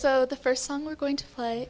so the first song we're going to play